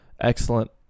excellent